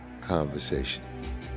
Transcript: conversation